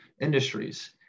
industries